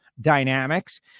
dynamics